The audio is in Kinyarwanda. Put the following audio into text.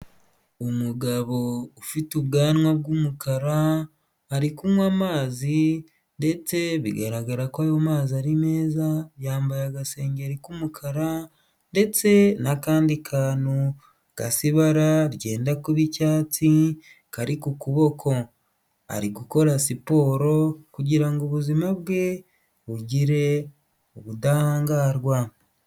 Umugabo ufite ubwanwa bw'umukara ari kunywa amazi ndetse bigaragara ko ayo mazi ari meza, yambaye agasengeri k'umukara ndetse n'akandi kantu gasa ibara ryenda kuba icyatsi kari ku kuboko, ari gukora siporo kugira ngo ubuzima bwe bugire ubudahangarwa.